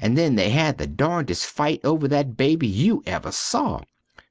and then they had the darndest fite over that baby you ever saw.